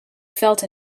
felt